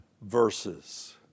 verses